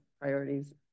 priorities